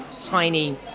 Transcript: tiny